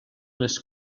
les